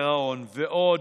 גירעון, ועוד,